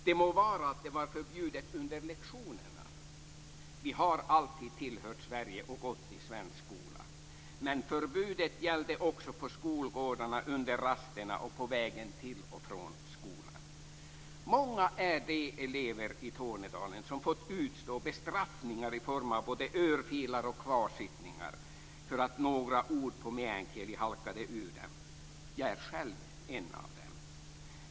Det må vara att det var förbjudet under lektionerna - vi har alltid tillhört Sverige och gått i svensk skola - men förbudet gällde också på skolgårdarna under rasterna och på vägen till och från skolan. Många är de elever i Tornedalen som fått utstå bestraffningar i form av både örfilar och kvarsittningar för att några ord på meänkieli halkade ur dem. Jag är själv en av dem.